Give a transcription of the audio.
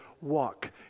walk